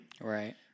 Right